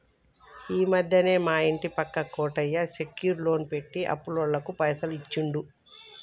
ఈ మధ్యనే మా ఇంటి పక్క కోటయ్య సెక్యూర్ లోన్ పెట్టి అప్పులోళ్లకు పైసలు ఇచ్చిండు